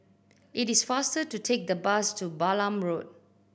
it is faster to take the bus to Balam Road